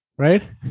Right